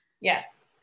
Yes